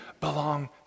belong